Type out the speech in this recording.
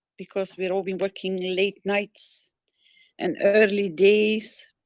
because we're all been working late nights and early days.